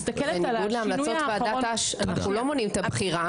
בניגוד להמלצות ועדת אש אנחנו לא מונעים את הבחירה